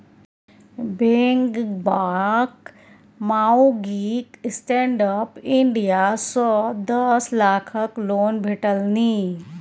बेंगबाक माउगीक stand up India सँ दस लाखक लोन भेटलनि